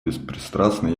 беспристрастно